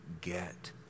get